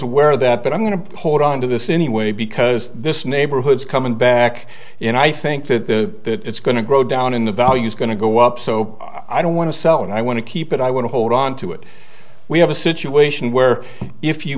aware of that but i'm going to hold on to this anyway because this neighborhood's coming back in i think that the it's going to grow down in the value is going to go up so i don't want to sell and i want to keep it i want to hold onto it we have a situation where if you